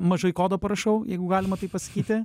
mažai kodo parašau jeigu galima taip pasakyti